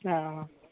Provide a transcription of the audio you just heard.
हँ